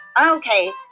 Okay